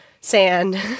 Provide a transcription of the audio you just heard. Sand